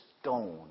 stone